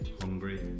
hungry